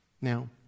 Now